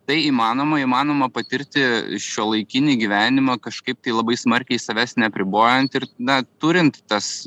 tai įmanoma įmanoma patirti šiuolaikinį gyvenimą kažkaip tai labai smarkiai savęs neapribojant ir na turint tas